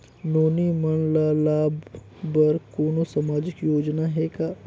नोनी मन ल लाभ बर कोनो सामाजिक योजना हे का?